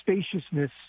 spaciousness